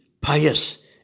pious